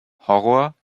horror